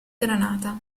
granata